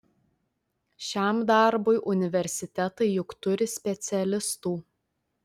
šiam darbui universitetai juk turi specialistų